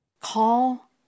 Call